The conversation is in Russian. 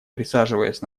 присаживаясь